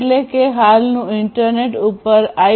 એટલે કે હાલનું ઇન્ટરનેટ ઉપર આઇ